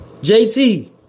JT